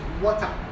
water